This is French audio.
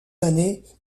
années